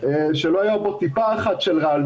שלא הייתה בו טיפה אחת של רעל.